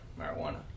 marijuana